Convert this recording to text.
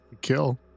Kill